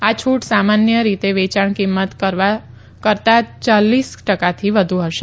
આ છૂટ સામાન્ય રીત વેયાણ કિંમત કરવા યાલીસ ટકાથી વધુ હશે